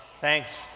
Thanks